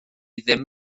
ddim